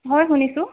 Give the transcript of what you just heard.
হয় শুনিছোঁ